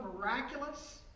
miraculous